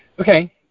Okay